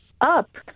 Up